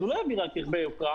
הוא לא רק יביא רכבי יוקרה,